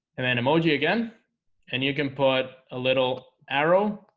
and an emoji again and you can put a little arrow